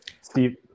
Steve